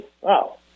Wow